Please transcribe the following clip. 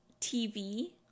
TV